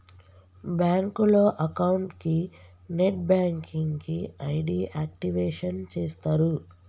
బ్యాంకులో అకౌంట్ కి net banking కి ఐడి యాక్టివేషన్ చేస్తరు